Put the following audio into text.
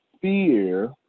fear